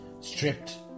stripped